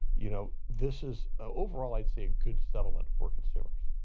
you know, this is overall i'd say a good settlement for consumers.